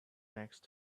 next